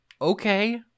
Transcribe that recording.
Okay